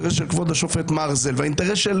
של כבוד השופט מרזל והאינטרס של